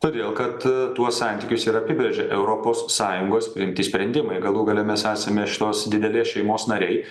todėl kad tuos santykius ir apibrėžia europos sąjungos priimti sprendimai galų gale mes esame šitos didelės šeimos nariai